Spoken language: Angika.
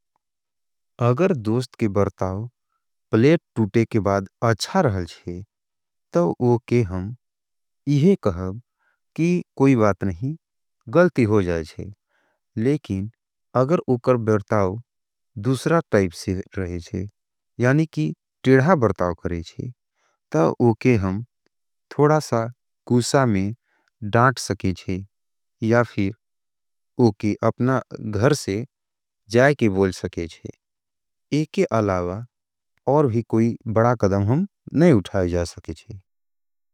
अगर दोस्त के बरताव पलेट तूटे के बाद अच्छा रहल जे, तो ओके हम इहे कहा कि कोई बात नहीं, गल्ती हो जाएजे। लेकिन अगर उकर बरताव दूसरा टाइप से रहे जे, यानि कि टिड़ा बरताव करे जे, तो ओके हम थोड़ा सा कूसा में डाट सके जे, या फिर ओके अपना घर से जाय के बोल सके जे। एके अलावा और भी कोई बड़ा कदम हम नहीं उठाय जा सके जे।